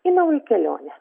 į naują kelionę